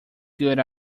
good